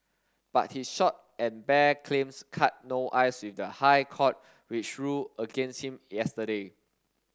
but his short and bare claims cut no ice with the High Court which ruled against him yesterday